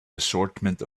assortment